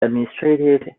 administrative